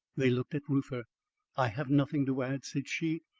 they looked at reuther. i have nothing to add, said she.